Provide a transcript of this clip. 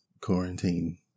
quarantine